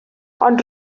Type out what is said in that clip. ond